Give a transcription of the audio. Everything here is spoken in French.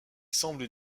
semble